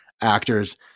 actors